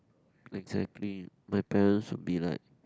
exactly my parents would be like